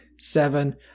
seven